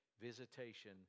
visitation